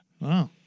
Wow